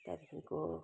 त्यहाँदेखिको